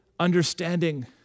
understanding